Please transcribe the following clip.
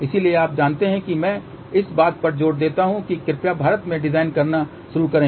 इसलिए आप जानते हैं कि मैं इस बात पर जोर देता हूं कि कृपया भारत में डिजाइन करना शुरू करें